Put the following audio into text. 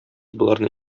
боларны